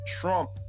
Trump